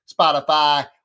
Spotify